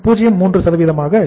03 ஆக இருக்கிறது